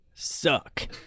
suck